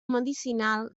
medicinal